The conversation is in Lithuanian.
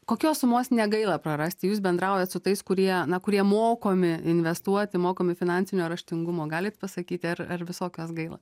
kokios sumos negaila prarasti jūs bendraujat su tais kurie na kurie mokomi investuoti mokomi finansinio raštingumo galit pasakyti ar ar viso kas gaila